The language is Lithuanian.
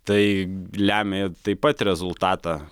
tai lemia taip pat rezultatą